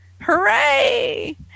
hooray